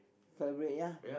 February ya